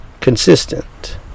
consistent